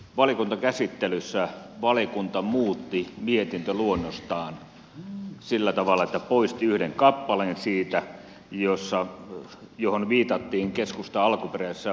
valiokuntakäsittelyssä valiokunta muutti mietintöluonnostaan sillä tavalla että poisti yhden kappaleen siitä johon viitattiin keskustan alkuperäisessä vastalauseessa